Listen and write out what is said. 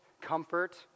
comfort